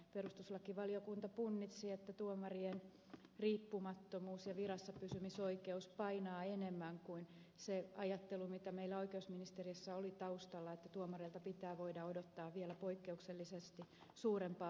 perustuslakivaliokunta punnitsi että tuomarien riippumattomuus ja virassapysymisoikeus painaa enemmän kuin se ajattelu mikä meillä oikeusministeriössä oli taustalla että tuomareilta pitää voida odottaa vielä suurempaa poikkeuksellista lainkuuliaisuutta